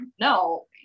no